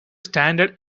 standard